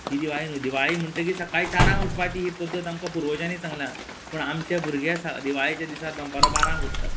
ही दिवाळी न्हूय दिवाळी म्हण्टकी सक्काळीं चारांक उठपाची ही पद्दत आमकां पुर्वजांनी सांगलां पूण आमचे भुरगे सा दिवाळेचे दिसा दनपारां बारांक उठ्ठात